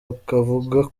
bukavuga